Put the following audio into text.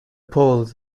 poles